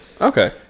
okay